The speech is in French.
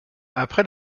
après